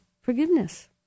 forgiveness